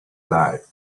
life